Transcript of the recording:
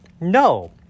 no